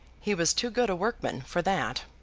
he was too good a workman for that.